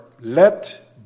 Let